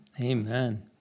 Amen